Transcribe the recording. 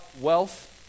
wealth